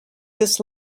this